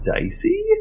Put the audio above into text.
dicey